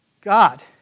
God